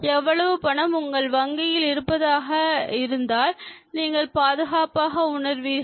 எவ்வளவு பணம் உங்களின் வங்கியில் இருப்பாக இருந்தால் நீங்கள் பாதுகாப்பாக உணர்வீர்கள்